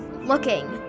looking